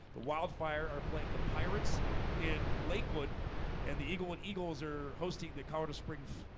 the wildfire are playing the pirates in lakewood and the eagle one eagles are hosting the colorado springs,